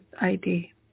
ID